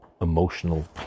emotional